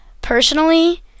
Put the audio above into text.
personally